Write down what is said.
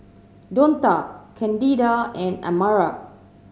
Donta Candida and Amara